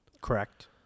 Correct